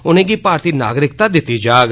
उनेंगी भारती नागरिकता दित्ती जाग